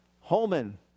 Holman